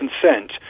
consent